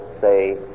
say